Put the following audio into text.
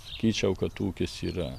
sakyčiau kad ūkis yra